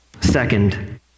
Second